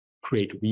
create